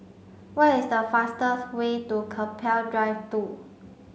what is the fastest way to Keppel Drive two